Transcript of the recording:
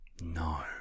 No